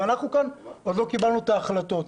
ואנחנו כאן עוד לא קיבלנו את ההחלטות.